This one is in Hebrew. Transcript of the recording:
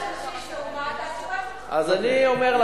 תגידי,